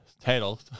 title